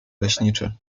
leśniczy